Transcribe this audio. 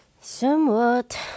Somewhat